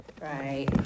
Right